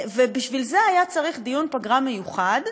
ובשביל זה היה צריך דיון פגרה מיוחד.